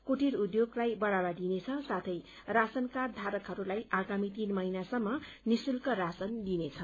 कुटिर उद्योगलाई बढ़ावा दिइनेछ साथै राशन कार्ड धारकहरूलाई आगामी तीन महीनासम्म निःशुल्क राशन दिइनेछ